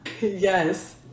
Yes